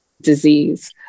disease